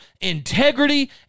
integrity